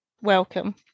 Welcome